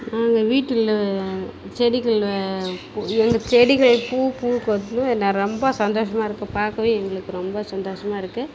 நாங்கள் வீட்டில் செடிக்கள் பு எங்கள் செடிகள் பூ பூக்கறத்துலேயே நான் ரொம்ப சந்தோஷமாக இருக்குது பார்க்கவே எங்களுக்கு ரொம்ப சந்தோஷமாக இருக்குது